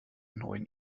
neuen